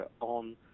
on